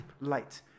light